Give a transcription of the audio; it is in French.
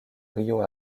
rio